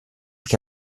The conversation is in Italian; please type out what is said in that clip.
che